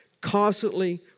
constantly